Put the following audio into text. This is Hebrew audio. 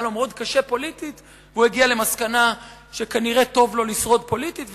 היה לו קשה מאוד פוליטית והוא הגיע למסקנה שכנראה טוב לו לשרוד פוליטית,